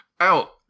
out